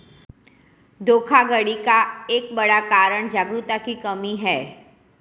धोखाधड़ी का एक बड़ा कारण जागरूकता की कमी भी है